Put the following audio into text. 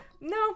No